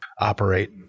operate